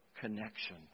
connection